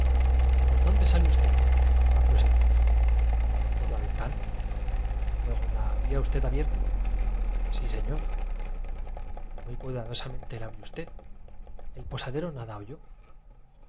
por dónde salió usted ha pro seguido mi juez por la ventana luego la había usted abierto sí señor muy cuidadosamente la abrió usted el posadero nada oyó